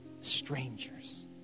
strangers